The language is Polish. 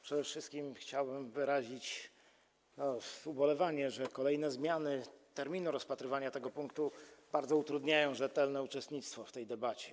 Przede wszystkim chciałbym wyrazić ubolewanie, że kolejne zmiany terminu rozpatrywania tego punktu bardzo utrudniają rzetelne uczestnictwo w tej debacie.